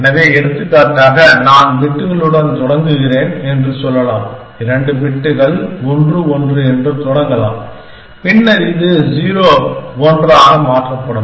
எனவே எடுத்துக்காட்டாக நான் பிட்களுடன் தொடங்குகிறேன் என்று சொல்லலாம் இரண்டு பிட்கள் 1 1 என்று தொடங்கலாம் பின்னர் இது 0 1 ஆக மாற்றப்படும்